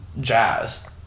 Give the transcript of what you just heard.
jazz